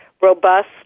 robust